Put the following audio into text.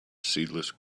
seedless